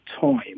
time